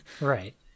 right